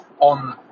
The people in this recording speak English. on